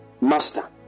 master